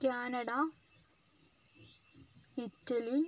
Canada Italy